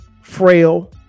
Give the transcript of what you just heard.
frail